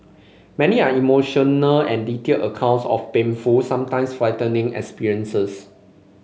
many are emotional and detailed accounts of painful sometimes frightening experiences